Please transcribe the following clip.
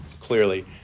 clearly